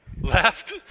left